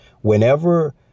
whenever